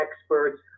experts